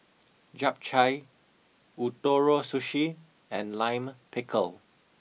Japchae Ootoro Sushi and Lime Pickle